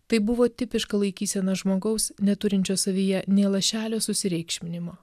tai buvo tipiška laikysena žmogaus neturinčio savyje nė lašelio susireikšminimo